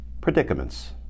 Predicaments